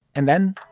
and then